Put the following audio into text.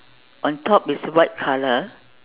on top is white colour